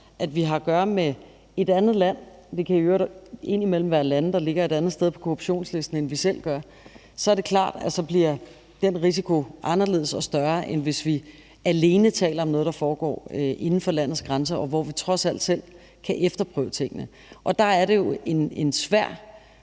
kan i øvrigt indimellem være lande, der ligger et andet sted på korruptionslisten, end vi selv gør – så er det klart, at den risiko bliver anderledes og større, end hvis vi alene taler om noget, der foregår inden for landets grænser, og hvor vi trods alt selv kan efterprøve tingene. Der er det jo en svær